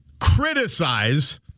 Criticize